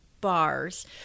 bars